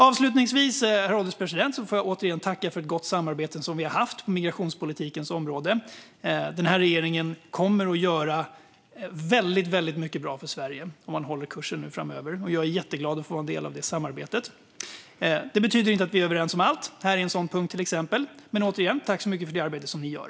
Herr ålderspresident! Avslutningsvis vill jag åter tacka statsrådet för det goda samarbete vi har haft på migrationspolitikens område. Denna regering kommer att göra väldigt mycket bra för Sverige om man håller kursen framöver, och jag är jätteglad över att få vara en del av detta samarbete. Det betyder dock inte att vi är överens om allt, och detta är en sådan punkt. Men återigen: Tack för det arbete ni gör!